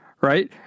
right